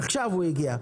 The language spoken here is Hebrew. עכשיו הוא הגיע.